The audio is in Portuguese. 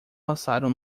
passaram